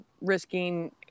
risking